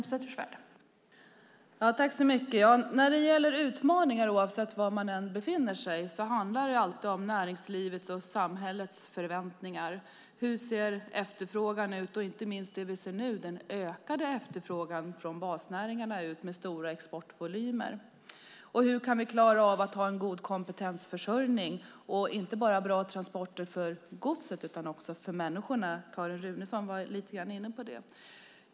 Fru talman! När det gäller utmaningar, oavsett var man befinner sig, handlar det alltid om näringslivets och samhällets förväntningar. Hur ser efterfrågan ut, inte minst nu när vi ser en ökad efterfrågan från basnäringarna med stora exportvolymer? Hur kan vi klara av att ha en god kompetensförsörjning och bra transporter inte bara för godset utan också för människorna? Carin Runeson var lite grann inne på det.